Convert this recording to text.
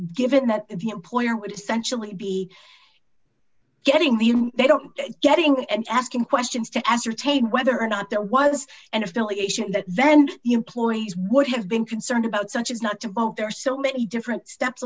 given that the employer would essentially be getting the they don't getting and asking questions to ascertain whether or not there was an affiliation the vendor employees would have been concerned about such as not to vote there are so many different steps